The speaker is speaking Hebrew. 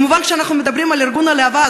מובן שכשאנחנו מדברים על ארגון להב"ה,